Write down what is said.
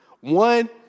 One